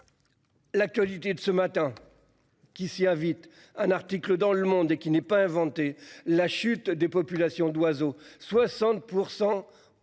L'actualité de ce matin. Qui s'y invite un article dans le monde et qui n'est pas inventé la chute des populations d'oiseaux, 60%